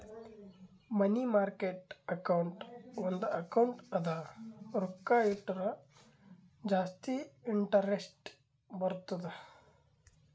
ಮನಿ market account ಒಂದ್ account ಅದ ರೊಕ್ಕಾ ಇಟ್ಟುರ ಜಾಸ್ತಿ ಇಂಟರೆಸ್ಟ್ ಬರ್ತುದ್